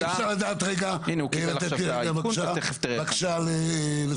אפשר לתת לי בבקשה לסיים?